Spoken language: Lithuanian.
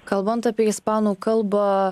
kalbant apie ispanų kalbą